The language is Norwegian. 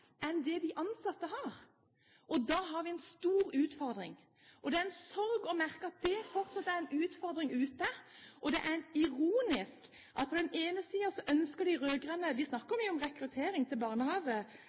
det de ansatte har. Da har vi en stor utfordring, og det er en sorg å merke at dét fortsatt er en utfordring ute. Og det er ironisk at på den ene siden ønsker de rød-grønne – de snakker